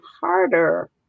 harder